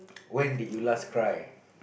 when did you last cry